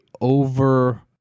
over